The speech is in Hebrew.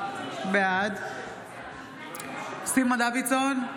בעד סימון דוידסון,